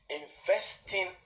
investing